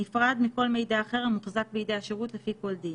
בשירות, והסמכת (ב)